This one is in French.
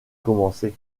commencer